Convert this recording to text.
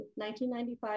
1995